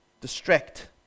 Distract